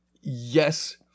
Yes